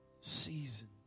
season